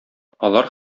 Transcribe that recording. алар